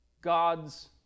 God's